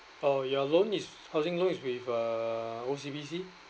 oh your loan is housing loan is with uh O_C_B_C